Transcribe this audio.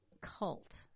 cult